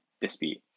dispute